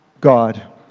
God